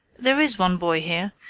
there is one boy here,